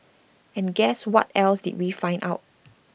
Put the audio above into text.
and guess what else did we find out